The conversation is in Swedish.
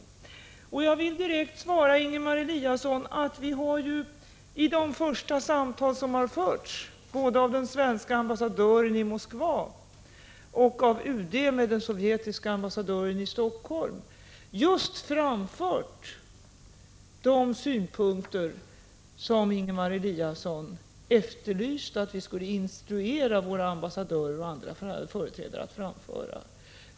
Jag vill i det sammanhanget direkt svara Ingemar Eliasson och säga att vi i de första samtal som har förts — både vid de samtal som den svenske ambassadören i Moskva har haft och vid dem som fördes av UD med den sovjetiske ambassadören i Helsingfors — har lämnat just de synpunkter som Ingemar Eliasson ansåg att vi skulle instruera våra ambassadörer och andra företrädare att framföra.